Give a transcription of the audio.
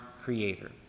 Creator